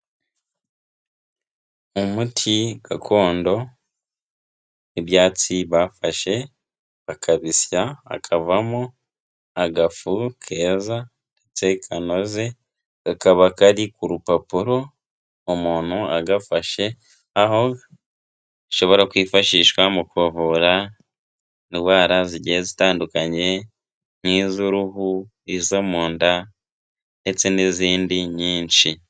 Umuti gakondo w'ibyatsi bafashe bakabisya hakavamo agafu keza ndetse kanoze kakaba kari ku rupapuro umuntu agafashe, aho gashobora kwifashishwa mu kuvura indwara zitandukanye nk'iz'uruhu, izo mu nda, ndetse n'izindi nyinshi.